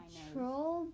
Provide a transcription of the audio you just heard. troll